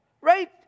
right